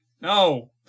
No